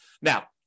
Now